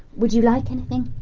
would you like anything?